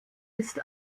ist